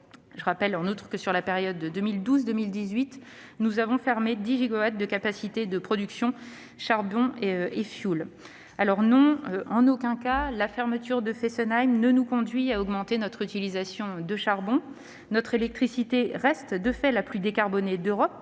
De plus, pendant la période 2012-2018, nous avons fermé 10 gigawatts de capacités de production à base de charbon et de fioul. En aucun cas, la fermeture de Fessenheim ne nous conduit à augmenter notre utilisation du charbon. Notre électricité reste, de fait, la plus décarbonée d'Europe,